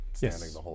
Yes